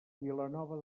vilanova